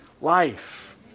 life